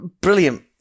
brilliant